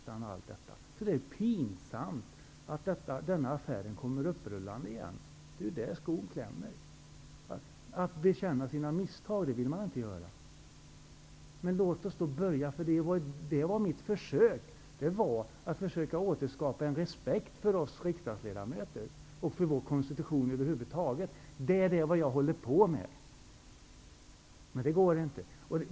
Det är alltså pinsamt att denna affär kommer upprullande igen. Att bekänna sina misstag vill man inte göra. Jag vill försöka återskapa en respekt för oss riksdagsledamöter och för vår konstitution över huvud taget. Det är vad jag håller på med, men det går inte.